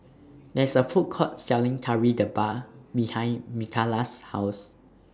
There IS A Food Court Selling Kari Debal behind Mikaila's House